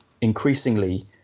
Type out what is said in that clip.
increasingly